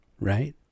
right